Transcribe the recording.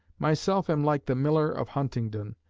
myself am like the miller of huntingdon,